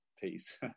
piece